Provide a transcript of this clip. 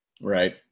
Right